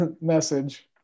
message